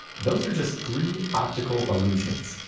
those are just three optical illusions,